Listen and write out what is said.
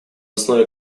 основе